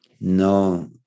no